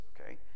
okay